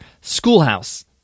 Schoolhouse